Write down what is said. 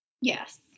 Yes